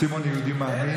סימון יהודי מאמין.